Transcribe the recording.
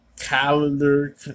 calendar